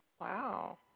Wow